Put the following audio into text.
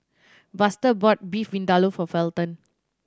Buster bought Beef Vindaloo for Felton